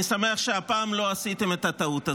אני שמח שהפעם לא עשיתם את הטעות הזאת.